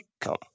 come